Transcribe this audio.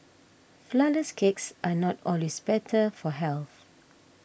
Flourless Cakes are not always better for health